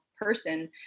person